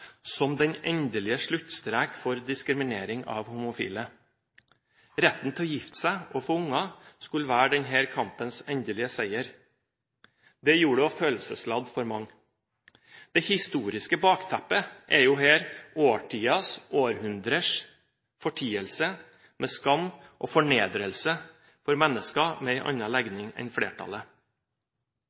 som den endelige sluttstrek for diskriminering av homofile. Retten til å gifte seg og få barn skulle være denne kampens endelige seier. Det gjorde det også følelsesladd for mange. Det historiske bakteppet er her årtiers og århundrers fortielse, med skam og fornedrelse for mennesker med en annen legning enn flertallet.